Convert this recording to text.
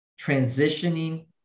transitioning